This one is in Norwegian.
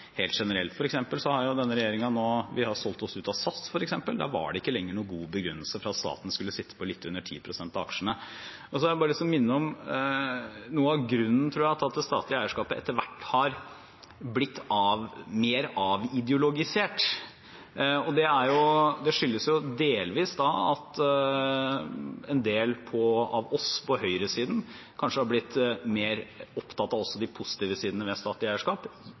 helt generelt. For eksempel har denne regjeringen solgt seg ut av SAS. Der var det ikke lenger noen god begrunnelse for at staten skulle sitte på litt under 10 pst. av aksjene. Så har jeg bare lyst til å minne om noe av grunnen – tror jeg – til at det statlige eierskapet etter hvert har blitt mer avideologisert. Det er delvis at en del av oss på høyresiden kanskje har blitt mer opptatt av også de positive sidene ved statlig eierskap,